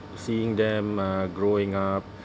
seeing them uh growing up